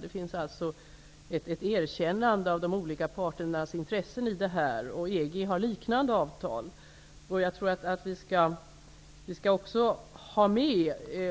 Det finns alltså ett erkännande av de olika parternas intressen i detta. EG har liknande avtal.